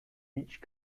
each